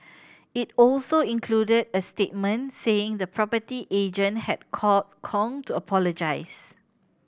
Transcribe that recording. it also included a statement saying the property agent had called Kong to apologise